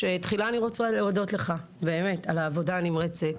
תחילה אני רוצה להודות לך, באמת על העבודה הנמרצת,